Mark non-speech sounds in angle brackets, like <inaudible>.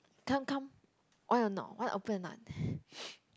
come come want or not want open or not <breath> <noise>